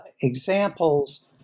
examples